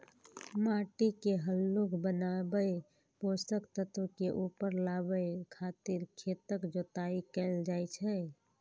माटि के हल्लुक बनाबै, पोषक तत्व के ऊपर लाबै खातिर खेतक जोताइ कैल जाइ छै